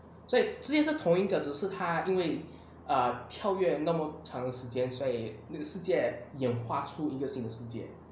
所以这些都是同一个只是它因为 err 跳跃那么长的时间所以那个世界也画出一个新世界